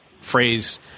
phrase